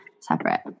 separate